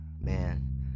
man